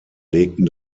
legten